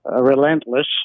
relentless